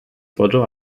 photo